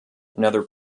another